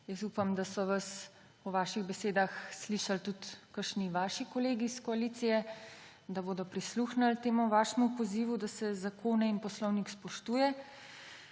Jaz upam, da so vas v vaših besedah slišali tudi kakšni vaši kolegi iz koalicije, da bodo prisluhnili temu vašemu pozivu, da se zakone in poslovnik spoštuje.